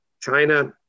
China